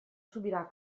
subirà